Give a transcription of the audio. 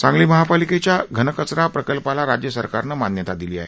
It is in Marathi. सांगली महापालिकेच्या घनकचरा प्रकल्पाला राज्य सरकारनं मान्यता दिली आहे